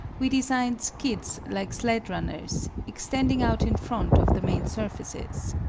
we designed skids like sled runners, extending out in front of the main surfaces.